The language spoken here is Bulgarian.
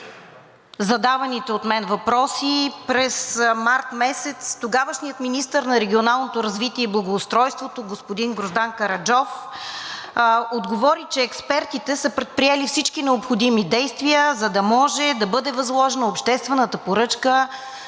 задаваните от мен въпроси през месец март, тогавашният министър на регионалното развитие и благоустройството господин Гроздан Караджов отговори, че експертите са предприели всички необходими действия, за да може да бъде възложена обществената поръчка